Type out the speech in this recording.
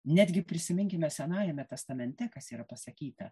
netgi prisiminkime senajame testamente kas yra pasakyta